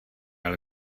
ale